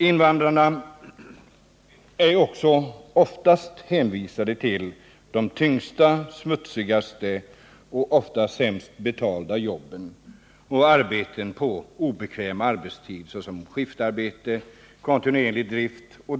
Invandrarna är också oftast hänvisade till de tyngsta, smutsigaste och sämst betalda jobben och till arbeten på obekväm arbetstid — skiftarbete, kontinuerlig drift o. d.